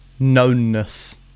knownness